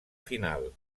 final